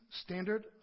standard